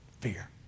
fear